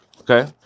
okay